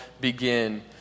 begin